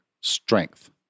strength